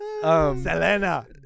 Selena